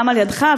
גם על-ידיך,